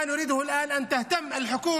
מה שאנחנו רוצים כעת זה שהממשלה תדאג לאזרחים,